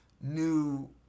new